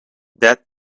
that